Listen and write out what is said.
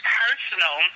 personal